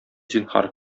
зинһар